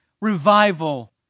revival